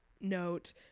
note